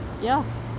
Yes